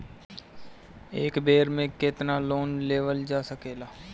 एक बेर में केतना लोन लेवल जा सकेला?